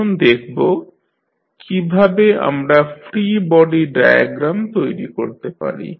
এখন দেখব কীভাবে আমরা free body diagram free body diagram তৈরি করতে পারি